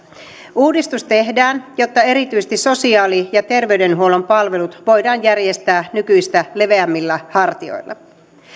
uudistus tehdään jotta erityisesti sosiaali ja terveydenhuollon palvelut voidaan järjestää nykyistä leveämmillä hartioilla